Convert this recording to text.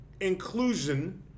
inclusion